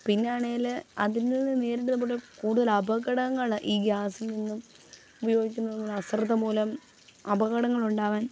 പിന്നെയാണെങ്കിൽ അതിൽനിന്ന് നേരിട്ട് നമ്മുടെ കൂടുതൽ അപകടങ്ങൾ ഈ ഗ്യാസിൽ നിന്നും ഉപയോഗിക്കുന്ന അശ്രദ്ധമൂലം അപകടങ്ങൾ ഉണ്ടാവാൻ